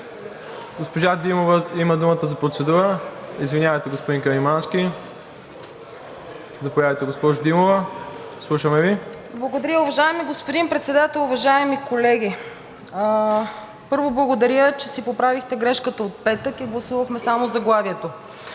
Госпожа Димова има думата за процедура, извинявайте, господин Каримански. Заповядайте, госпожо Димова, слушаме Ви. ИРЕНА ДИМОВА (ГЕРБ-СДС): Благодаря, уважаеми господин Председател. Уважаеми колеги! Първо, благодаря, че си поправихте грешката от петък и гласувахме само заглавието.